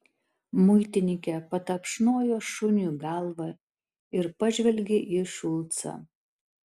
muitininkė patapšnojo šuniui galvą ir pažvelgė į šulcą